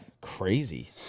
Crazy